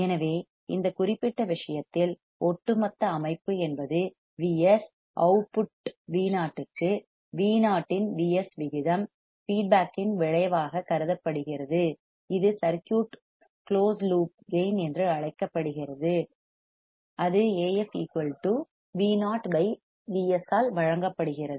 எனவே இந்த குறிப்பிட்ட விஷயத்தில் ஒட்டுமொத்த அமைப்பு என்பது Vs அவுட்புட் Vo க்கு Vo இன் Vs விகிதம் ஃபீட்பேக் இன் விளைவாக கருதப்படுகிறது இது சர்க்யூட் கிளோஸ்ட் லூப் கேயின் என்று அழைக்கப்படுகிறது அது Af Vo Vs ஆல் வழங்கப்படுகிறது